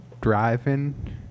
driving